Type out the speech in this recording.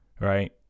Right